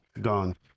gone